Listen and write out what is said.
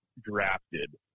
drafted